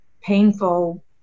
painful